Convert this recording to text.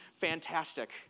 fantastic